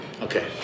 Okay